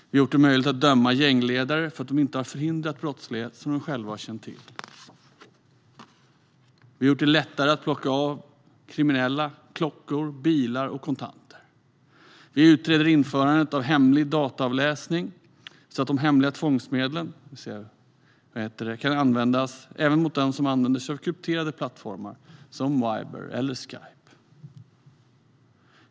Vi har gjort det möjligt att döma gängledare för att de inte har förhindrat brottslighet som de själva har känt till. Vi har gjort det lättare att plocka av kriminella klockor, bilar och kontanter. Vi utreder ett införande av hemlig dataavläsning så att de hemliga tvångsmedlen kan användas även mot den som använder sig av krypterade plattformar, såsom Viber eller Skype.